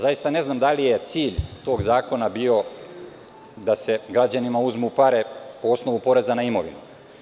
Zaista ne znam da li je cilj tog zakona bio da se građanima uzmu pare po osnovu poreza na imovinu.